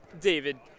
David